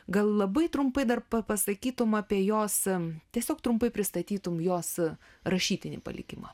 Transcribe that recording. gal labai trumpai dar pa pasakytum apie jos tiesiog trumpai pristatytum jos rašytinį palikimą